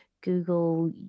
google